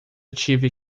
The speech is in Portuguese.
tive